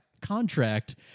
contract